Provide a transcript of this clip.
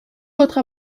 votre